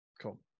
cool